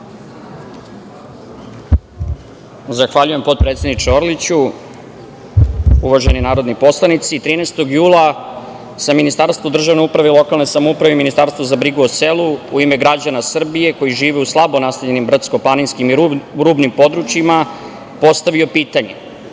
Zahvaljujem, potpredsedniče Orliću. Uvaženi narodni poslanici, 13. jula sam Ministarstvu državne uprave i lokalne samouprave i Ministarstvu za brigu o selu u ime građana Srbije koji žive u slabo naseljenim brdsko-planinskim i rudnim područjima postavio pitanje